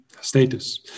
status